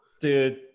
Dude